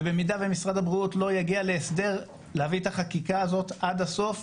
ובמידה ומשרד הבריאות לא יגיע להסדר להביא את החקיקה הזאת עד הסוף,